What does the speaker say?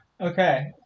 Okay